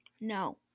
No